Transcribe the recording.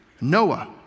Noah